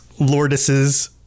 lordesses